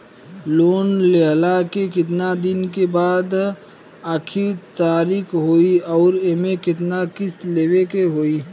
Loan लेहला के कितना दिन के बाद आखिर तारीख होई अउर एमे कितना किस्त देवे के होई?